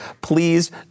please